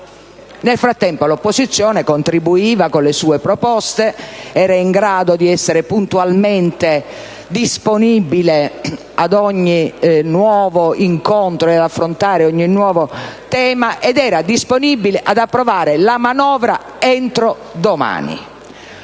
Nel frattempo l'opposizione contribuiva con le sue proposte. Era in grado di essere puntualmente disponibile ad ogni nuovo incontro, ad affrontare ogni nuovo tema e ad approvare la manovra entro domani.